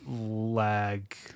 lag